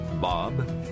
Bob